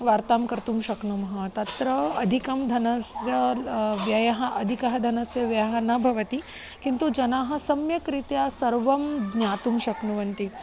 वार्तां कर्तुं शक्नुमः तत्र अधिकं धनस्य व्ययः अदिकः धनस्य व्ययः न भवति किन्तु जनाः सम्यक्रीत्या सर्वं ज्ञातुं शक्नुवन्ति